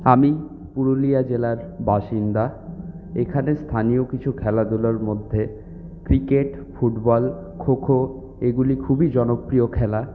আমি পুরুলিয়া জেলার বাসিন্দা এখানে স্থানীয় কিছু খেলাগুলোর মধ্যে ক্রিকেট ফুটবল খোখো এগুলি খুবই জনপ্রিয় খেলা